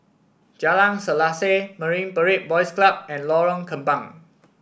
Jalan Selaseh Marine Parade Boys Club and Lorong Kembang